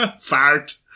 Fart